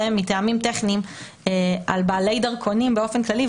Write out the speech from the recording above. מטעמים טכניים על בעלי דרכונים באופן כללי,